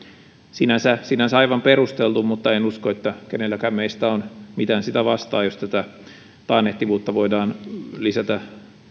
sinänsä se on aivan perusteltu mutta en usko että kenelläkään meistä on mitään sitä vastaan jos tätä taannehtivuutta voidaan lisätä